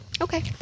Okay